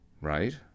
right